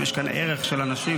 אם יש כאן ערך של אנשים.